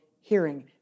hearing